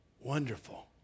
wonderful